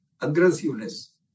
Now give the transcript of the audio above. aggressiveness